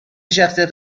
شخصیت